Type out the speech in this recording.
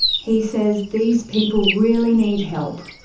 he says these people really need help.